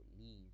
leave